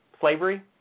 Slavery